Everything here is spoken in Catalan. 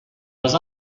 les